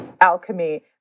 alchemy